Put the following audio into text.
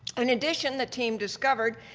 in addition, the team discovered,